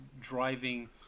driving